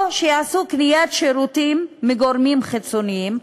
או שיעשו קניית שירותים מגורמים חיצוניים,